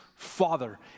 Father